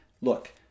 look